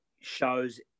shows